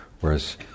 Whereas